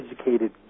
educated